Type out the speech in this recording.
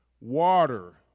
Water